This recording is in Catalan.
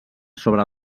sobre